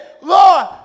Lord